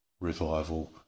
revival